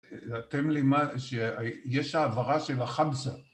תן לי מה, שיש העברה של החמסה